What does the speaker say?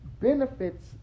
benefits